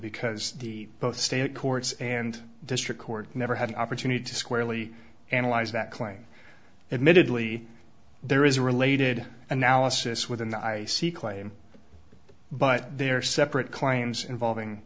because the both state courts and district court never had an opportunity to squarely analyze that claim admittedly there is a related analysis within the i c claim but they are separate claims involving